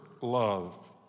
love